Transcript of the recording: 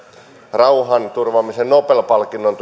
rauhanturvaamisen nobel palkinnon